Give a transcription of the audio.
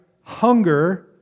Hunger